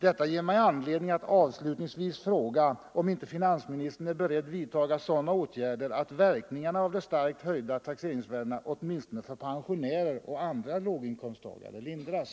Detta ger mig anledning att avslutningsvis fråga om inte finansministern är beredd vidtaga sådana åtgärder att verkningarna av de starkt höjda taxeringsvärdena åtminstone för pensionärer och andra låginkomsttagare lindras.